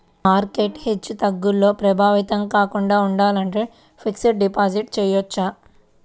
market హెచ్చుతగ్గులతో ప్రభావితం కాకుండా ఉండాలంటే ఫిక్స్డ్ డిపాజిట్ చెయ్యొచ్చు